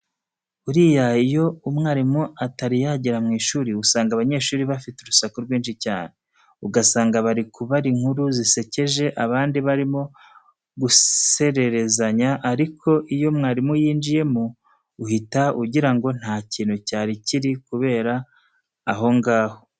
Buriya iyo umwarimu atari yagera mu ishuri usanga banyeshuri bafite urusaku rwinshi cyane. Ugasanga bari kubara inkuru zisekeje, abandi barimo gusererezanya ariko iyo mwarimu yinjiyemo uhita ugira ngo nta kintu cyari kiri kubera aho ngaho.